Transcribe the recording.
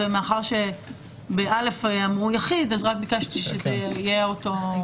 מאחר וב-א אמרו יחיד, ביקשתי שזה יהיה אותו נוסח.